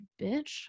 bitch